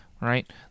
right